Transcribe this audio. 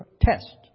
test